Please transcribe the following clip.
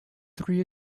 three